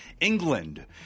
england